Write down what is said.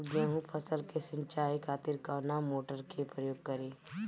गेहूं फसल के सिंचाई खातिर कवना मोटर के प्रयोग करी?